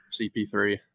CP3